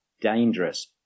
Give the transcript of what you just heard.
dangerous